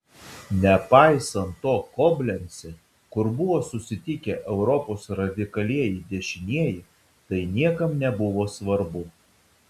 nepaisant to koblence kur buvo susitikę europos radikalieji dešinieji tai niekam nebuvo svarbu